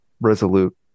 resolute